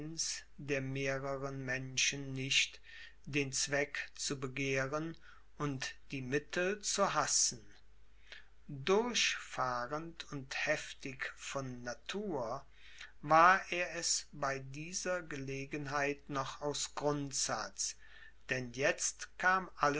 der mehreren menschen nicht den zweck zu begehren und die mittel zu hassen durchfahrend und heftig von natur war er es bei dieser gelegenheit noch aus grundsatz denn jetzt kam